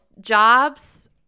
jobs